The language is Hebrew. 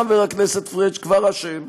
חבר הכנסת פריג' הוא כבר אשם.